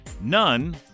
none